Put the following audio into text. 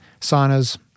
saunas